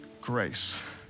grace